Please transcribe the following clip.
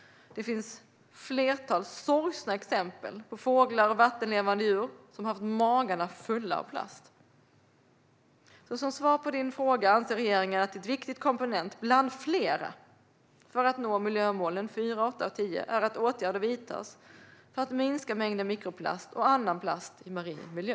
Det finns ett flertal sorgliga exempel på fåglar och vattenlevande djur som har haft magarna fulla av plast. Som svar på din fråga anser regeringen att en viktig komponent bland flera för att nå miljömålen 4, 8 och 10 är att åtgärder vidtas för att minska mängden mikroplast och annan plast i marin miljö.